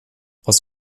aus